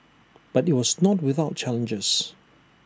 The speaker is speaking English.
but IT was not without challenges